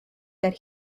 that